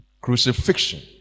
Crucifixion